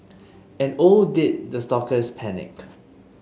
and oh did the stalkers panic